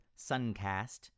SUNCAST